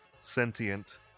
sentient